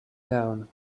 down